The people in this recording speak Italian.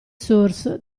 source